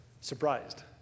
surprised